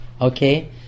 Okay